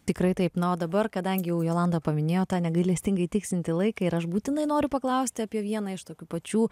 tikrai taip na o dabar kadangi jau jolanta paminėjo tą negailestingai tiksintį laiką ir aš būtinai noriu paklausti apie vieną iš tokių pačių